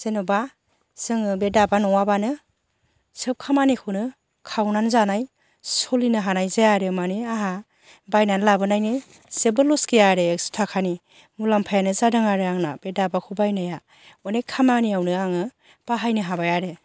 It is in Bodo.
जेन'बा जोङो बे दाबा नङाबानो सोब खामानिखौनो खावनानै जानाय सलिनो हानाय जाया आरो मानि आहा बायनानै लाबोनायनि जेबो लस गैया आरो एकश' ताखानि मुलाम्फायानो जादों आरो आंना बे दाबाखौ बायनाया अनेक खामानियावनो आङो बाहायनो हाबाय आरो